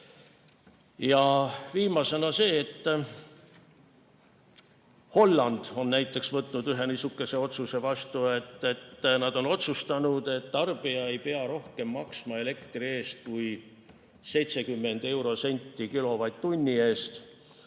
Ja viimaseks. Holland on näiteks võtnud vastu ühe niisuguse otsuse: nad on otsustanud, et tarbija ei pea rohkem maksma elektri eest kui 7 senti kilovatt-tunni eest.